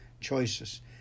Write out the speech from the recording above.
Choices